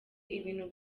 ibintu